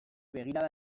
begirada